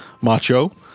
macho